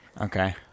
Okay